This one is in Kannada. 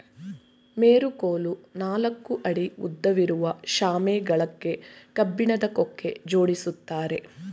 ಮೆರಕೋಲು ನಾಲ್ಕು ಅಡಿ ಉದ್ದವಿರುವ ಶಾಮೆ ಗಳಕ್ಕೆ ಕಬ್ಬಿಣದ ಕೊಕ್ಕೆ ಜೋಡಿಸಿರ್ತ್ತಾರೆ